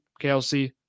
KLC